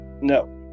no